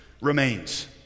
remains